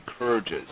encourages